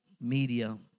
media